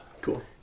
Cool